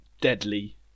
deadly